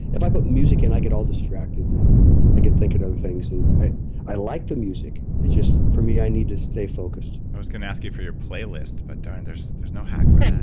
if i put music in i get all distracted, and i get thinking other things. and i i like the music, it's just, for me, i need to stay focused i was going to ask you for your playlist, but darn there's there's no hack for that